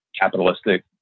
capitalistic